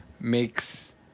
makes